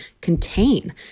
contain